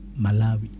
Malawi